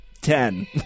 ten